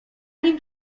nim